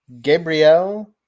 Gabriel